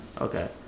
Okay